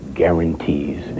guarantees